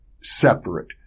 separate